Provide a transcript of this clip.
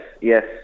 Yes